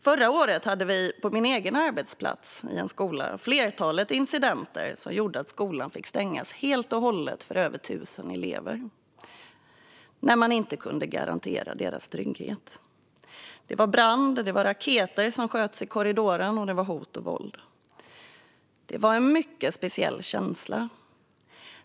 Förra året hade vi på min egen arbetsplats i en skola ett flertal incidenter som gjorde att skolan fick stängas helt och hållet för över 1 000 elever eftersom man inte kunde garantera deras trygghet. Det var brand och raketer som sköts i korridorer, och det var hot och våld. Det var en mycket speciell känsla.